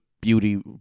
Beauty